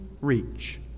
reach